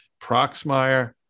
Proxmire